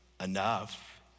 enough